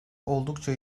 oldukça